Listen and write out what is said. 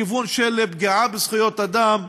בכיוון של פגיעה בזכויות אדם,